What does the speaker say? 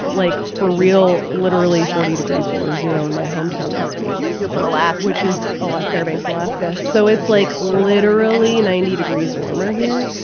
like, for real literally forty degrees below zero in my hometown this week you're from alaska which is like fairbanks, alaska. so it's, like, literally ninety degrees warmer here.